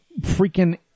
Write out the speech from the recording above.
freaking